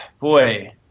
Boy